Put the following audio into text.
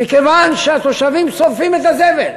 מכיוון שהתושבים שורפים את הזבל.